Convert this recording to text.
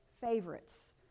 favorites